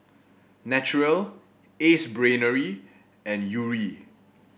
Naturel Ace Brainery and Yuri